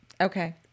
Okay